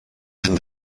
and